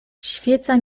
świeca